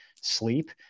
sleep